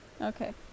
Okay